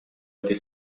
этой